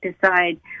decide